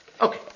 Okay